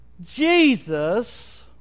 Jesus